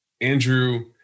Andrew